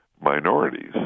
minorities